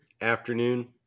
afternoon